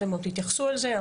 אתם עוד תתייחסו לזה.